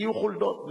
הגיעו חולדות.